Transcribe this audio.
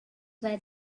where